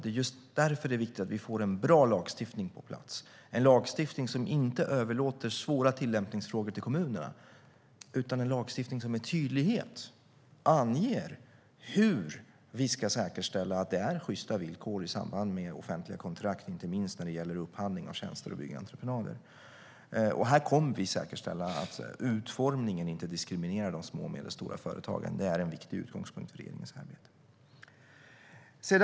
Det är just därför som det är viktigt att vi får en bra lagstiftning på plats - en lagstiftning som inte överlåter svåra tillämpningsfrågor till kommunerna, utan en lagstiftning som med tydlighet anger hur vi ska säkerställa att det är sjysta villkor i samband med offentliga kontrakt, inte minst när det gäller upphandling av tjänster och byggentreprenader. Vi kommer att säkerställa att utformningen inte diskriminerar de små och medelstora företagen. Det är en viktig utgångspunkt i regeringens arbete.